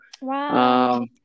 Wow